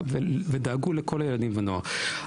ודאגו לכל הילדים והנוער.